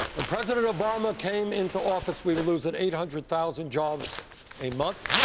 when president obama came into office we were losing eight hundred thousand jobs a month,